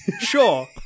Sure